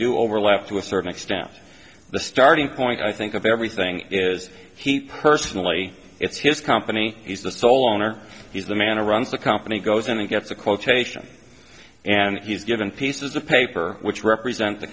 do overlap to a certain extent the starting point i think of everything is he personally it's his company he's the sole owner he's the man who runs the company goes in and gets a quotation and he's given pieces of paper which represent the